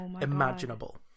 imaginable